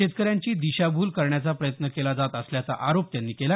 शेतकऱ्यांची दिशाभूल करण्याचा प्रयत्न केला जात असल्याचा आरोप त्यांनी केला